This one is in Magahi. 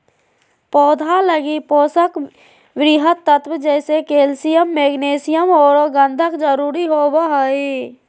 पौधा लगी पोषक वृहत तत्व जैसे कैल्सियम, मैग्नीशियम औरो गंधक जरुरी होबो हइ